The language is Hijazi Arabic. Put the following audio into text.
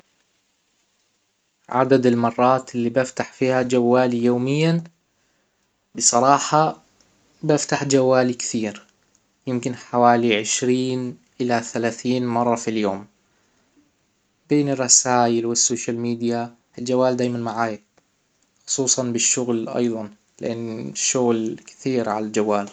عدد المرات اللي بفتح فيها جوالي يوميا بصراحة بفتح جوالي كثير يمكن حوالي عشرين الى ثلاثين مرة في اليوم بين الرسايل والسوشيال ميديا الجوال دايما معايا خصوصا بالشغل أيضا لان الشغل كتير على الجوال